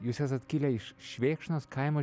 jūs esat kilę iš švėkšnos kaimo